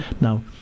Now